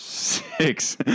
Six